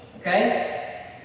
Okay